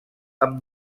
amb